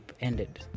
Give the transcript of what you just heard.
ended